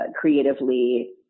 creatively